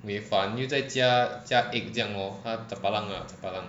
mui fan 又在加加 egg 这样 lor 她 chapalang lah chapalang